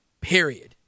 period